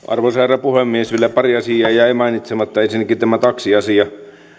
arvoisa herra puhemies vielä pari asiaa jäi mainitsematta ensinnäkin tästä taksiasiasta